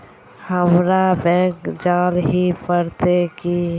हमरा बैंक जाल ही पड़ते की?